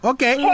Okay